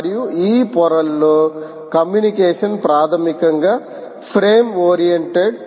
మరియు ఈ పొరలో కమ్యూనికేషన్లు ప్రాథమికంగా ఫ్రేమ్ ఓరియెంటెడ్